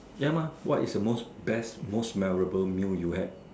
ya mah what is the most best most memorable meal you had